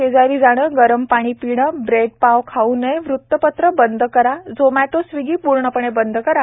शेजारी जाणे गरम पाणी पीने ब्रेड पाव खाऊ नयेवृत्तपत्रे बंद कराझोमॅटो स्विग्गी पूर्णपणे बंद करा